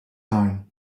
tuin